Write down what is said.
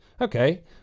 okay